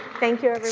thank you.